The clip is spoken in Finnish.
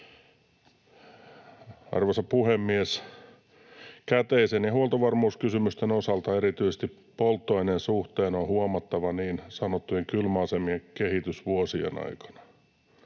Arvoisa puhemies! Käteisen ja huoltovarmuuskysymysten osalta erityisesti polttoaineen suhteen on huomattava niin sanottujen kylmäasemien kehitys vuosien aikana.